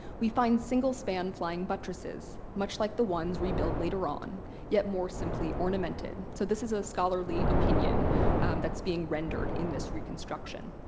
we find single span flying buttresses much like the ones rebuilt later on yet more simply ornamented. so this is a scholarly opinion that's being rendered in this reconstruction.